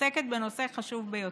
עוסקת בנושא חשוב ביותר: